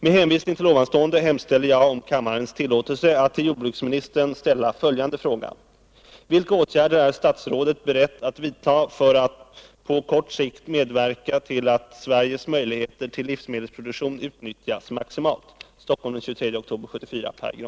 Med hänvisning till det anförda hemställer jag om kammarens tillåtelse att till herr jordbruksministern ställa följande fråga: